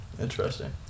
interesting